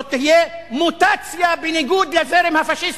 זו תהיה מוטציה בניגוד לזרם הפאשיסטי.